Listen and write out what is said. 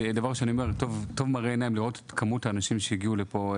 טוב מראה עיניים לראות את כמות האנשים שהגיעו לפה.